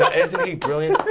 isn't he brilliant?